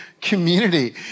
community